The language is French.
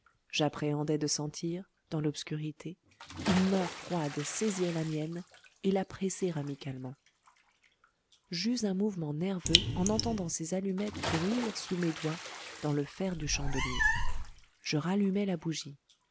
j'appréhendais de sentir dans l'obscurité une main froide saisir la mienne et la presser amicalement j'eus un mouvement nerveux en entendant ces allumettes bruire sous mes doigts dans le fer du chandelier je rallumai la bougie